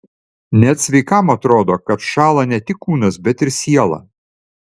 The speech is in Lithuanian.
net sveikam atrodo kad šąla ne tik kūnas bet ir siela